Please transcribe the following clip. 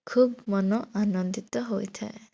ଖୁବ ମନ ଆନନ୍ଦିତ ହୋଇଥାଏ